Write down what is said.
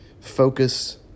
focus